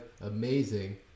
amazing